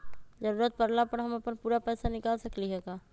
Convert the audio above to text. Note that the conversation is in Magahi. जरूरत परला पर हम अपन पूरा पैसा निकाल सकली ह का?